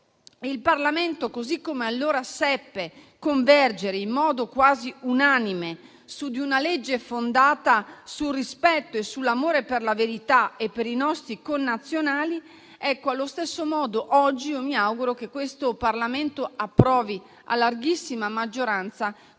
il Parlamento agisca come allora, quando seppe convergere in modo quasi unanime su di una legge fondata sul rispetto e sull'amore per la verità e per i nostri connazionali. Allo stesso modo, io mi auguro che questo Parlamento approvi oggi a larghissima maggioranza